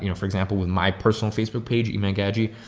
you know for example with my personal facebook page, iman gadzhi,